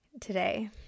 today